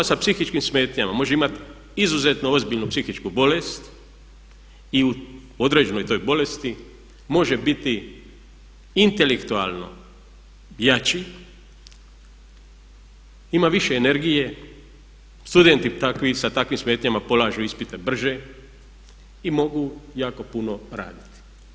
Osoba sa psihičkim smetnjama može imati izuzetno ozbiljnu psihičku bolest i u određenoj toj bolesti može biti intelektualno jači, ima više energije, studenti sa takvim smetnjama polažu ispite brže i mogu jako puno raditi.